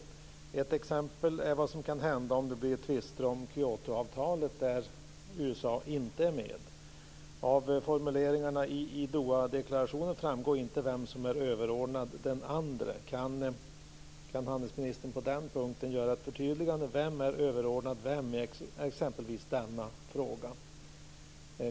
Ett exempel är vad som kan hända om det blir tvister om Kyotoavtalet, där USA inte är med. Av formuleringarna i Dohadeklarationen framgår inte vem som är överordnad den andre. Kan handelsministern på den punkten göra ett förtydligande: Vem är överordnad vem i exempelvis denna fråga?